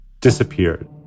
disappeared